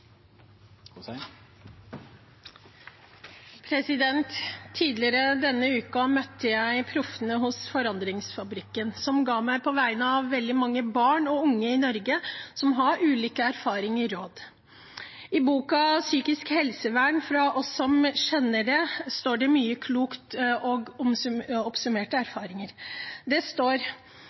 Tidligere denne uken møtte jeg proffene hos Forandringsfabrikken, som på vegne av veldig mange barn og unge i Norge som har ulike erfaringer, ga meg noen råd. I boken «Psykisk helsevern – fra oss som kjenner det» står det mye klokt om oppsummerte erfaringer. Det står: